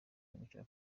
yungukira